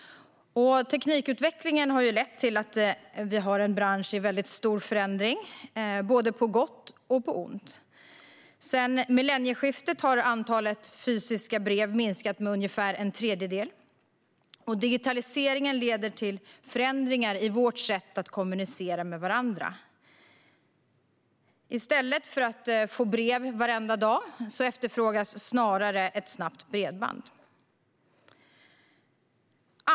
Teknikutvecklingen har lett till att vi har en bransch i väldigt stor förändring, på både gott och ont. Sedan millennieskiftet har antalet fysiska brev minskat med ungefär en tredjedel. Digitaliseringen leder till förändringar i vårt sätt att kommunicera med varandra. Man efterfrågar snarare ett snabbt bredband än att man ska få brev varenda dag.